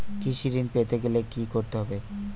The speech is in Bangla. কৃষি ঋণ পেতে গেলে কি করতে হবে?